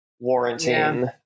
warranting